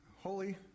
holy